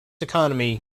economy